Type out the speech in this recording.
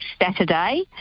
Saturday